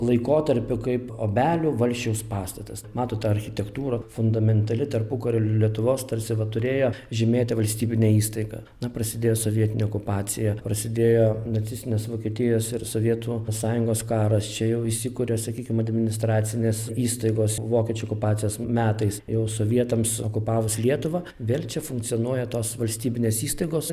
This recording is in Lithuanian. laikotarpiu kaip obelių valsčiaus pastatas matot ta architektūra fundamentali tarpukario lietuvos tarsi va turėjo žymėti valstybinę įstaigą na prasidėjo sovietinė okupacija prasidėjo nacistinės vokietijos ir sovietų sąjungos karas čia jau įsikuria sakykim administracinės įstaigos vokiečių okupacijos metais jau sovietams okupavus lietuvą vėl čia funkcionuoja tos valstybinės įstaigos